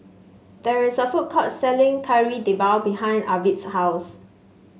there is a food court selling Kari Debal behind Arvid's house